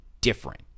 different